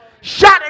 shot